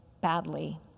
badly